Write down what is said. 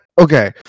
Okay